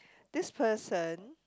this person